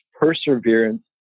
perseverance